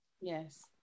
Yes